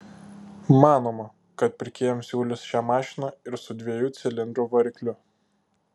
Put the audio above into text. manoma kad pirkėjams siūlys šią mašiną ir su dviejų cilindrų varikliu